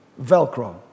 Velcro